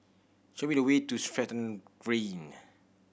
show me the way to Stratton Green